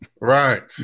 Right